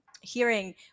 hearing